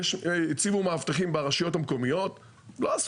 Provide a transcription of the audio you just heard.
בו הציבו מאבטחים ברשויות המקומיות ולא עשו